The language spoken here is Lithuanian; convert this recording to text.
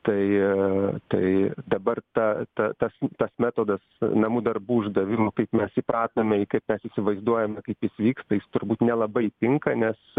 tai tai dabar ta ta tas tas metodas namų darbų uždavimo kaip mes įpratome ir kaip mes įsivaizduojame kaip jis vyksta jis turbūt nelabai tinka nes